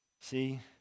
See